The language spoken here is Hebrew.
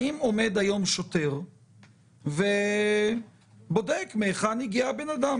האם עומד היום שוטר ובודק מהיכן הגיע הבן האדם?